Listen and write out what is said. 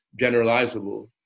generalizable